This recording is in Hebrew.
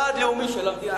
יעד לאומי של המדינה,